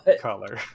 color